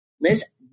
Liz